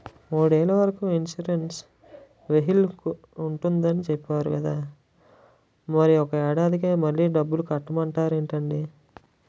మూడేళ్ల వరకు ఇన్సురెన్సు వెహికల్కి ఉంటుందని చెప్పేరు కదా మరి ఒక్క ఏడాదికే మళ్ళి డబ్బులు కట్టమంటారేంటండీ?